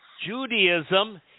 Judaism